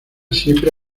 siempre